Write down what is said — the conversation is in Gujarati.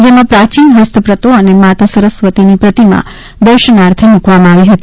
જેમાં પ્રાચીન હસ્તપ્રતો અને માતા સરસ્વતીની પ્રતિમા દર્શાનાર્થે મૂકવામાં આવી હતી